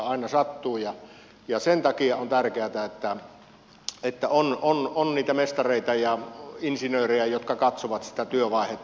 aina sattuu ja sen takia on tärkeätä että on niitä mestareita ja insinöörejä jotka katsovat sitä työvaihetta